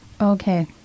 Okay